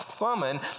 woman